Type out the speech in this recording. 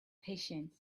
patience